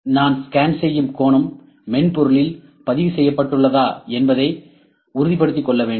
நான் ஸ்கேன் செய்யும் கோணம் மென்பொருளிலும் பதிவு செய்யப்பட்டுள்ளதா என்பதை உறுதிப்படுத்திக் கொள்ள வேண்டும்